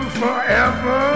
forever